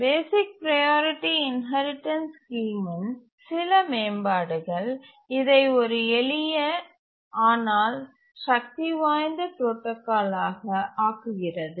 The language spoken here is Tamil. பேசிக் ப்ரையாரிட்டி இன்ஹெரிடன்ஸ் ஸ்கீமின் சில மேம்பாடுகள் இதை ஒரு எளிய ஆனால் சக்திவாய்ந்த புரோடாகால் ஆக ஆக்குகிறது